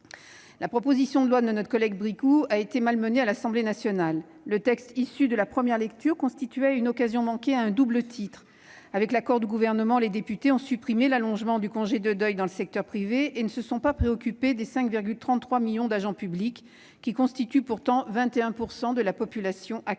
La proposition de loi de notre collègue Bricout a été malmenée à l'Assemblée nationale. Le texte issu de la première lecture constitue une occasion manquée à un double titre : avec l'accord du Gouvernement, les députés ont supprimé l'allongement du congé de deuil dans le secteur privé et ils ne se sont pas préoccupés des 5,33 millions d'agents publics, qui représentent pourtant 21 % de la population active.